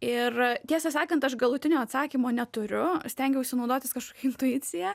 ir tiesą sakant aš galutinio atsakymo neturiu stengiausi naudotis kažkokia intuicija